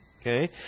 okay